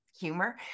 humor